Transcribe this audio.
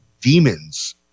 demons